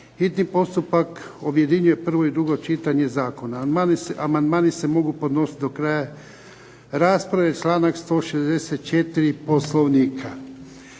hitni postupak objedinjuje prvo i drugo čitanje zakona. Amandmani se mogu podnositi do kraja rasprave, članak 164. Poslovnika.